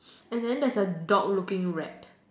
and then there's a dog looking rat